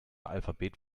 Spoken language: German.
alphabet